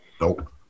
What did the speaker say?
Nope